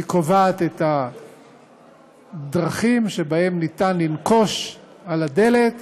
היא קובעת את הדרכים שבהן אפשר לנקוש על הדלת